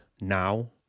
now